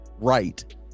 right